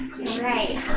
right